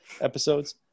episodes